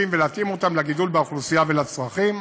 ולהתאים אותם לגידול באוכלוסייה ובצרכים.